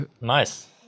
Nice